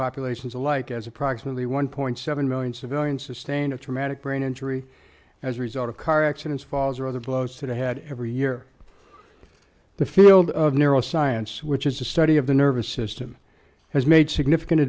populations alike as approximately one point seven million civilian sustained a traumatic brain injury as a result of car accidents falls or other blows to the head every year the field of neuro science which is the study of the nervous system has made significant